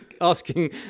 asking